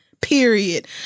Period